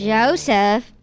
Joseph